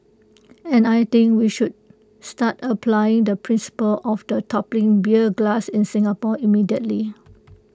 and I think we should start applying the principle of the toppling beer glass in Singapore immediately